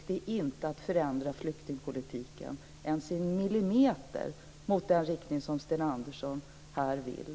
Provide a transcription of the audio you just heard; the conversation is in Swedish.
Det är inte att förändra flyktingpolitiken ens en millimeter mot den riktning som Sten Andersson här vill.